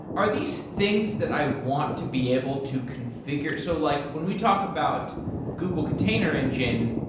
are these things that i want to be able to configure so like when we talk about google container engine,